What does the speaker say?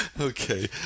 Okay